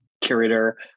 curator